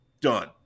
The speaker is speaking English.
Done